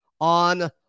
on